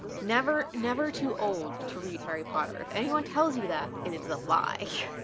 never never too old to read harry potter. if anyone tells you that, it's a lie.